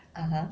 (uh huh)